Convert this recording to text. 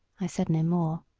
i said no more.